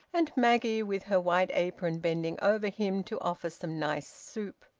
and maggie with her white apron bending over him to offer some nice soup.